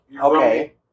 Okay